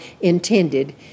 intended